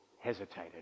hesitated